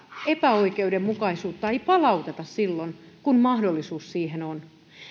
epäoikeudenmukaisuutta ei palauteta silloin kun mahdollisuus siihen on